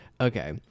okay